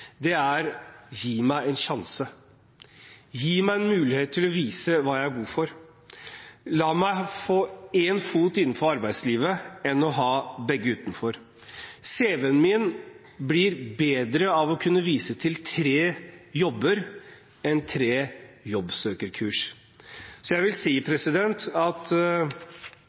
Gi meg en sjanse! Gi meg en mulighet til å vise hva jeg er god for! La meg heller få én fot innenfor arbeidslivet enn å ha begge utenfor – CV-en min blir bedre av å kunne vise til tre jobber enn tre jobbsøkerkurs! Jeg vil si